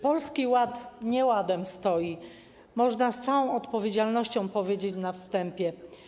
Polski Ład nieładem stoi, można z całą odpowiedzialnością powiedzieć na wstępie.